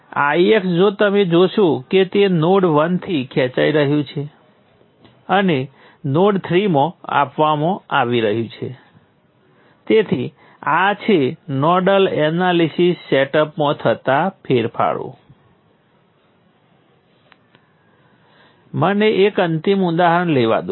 મારી પાસે ત્રણ ચલો V1 V2 V3 હતા તે પહેલાં અને નોડ 1 2 અને 3 પર મારી પાસે ત્રણ સમીકરણો હતા પરંતુ હવે મારી પાસે નોડ 1 અને 2 ના સમીકરણોને એક જ સમીકરણમાં જોડ્યા છે